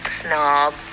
Snob